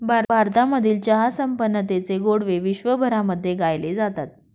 भारतामधील चहा संपन्नतेचे गोडवे विश्वभरामध्ये गायले जातात